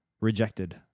rejected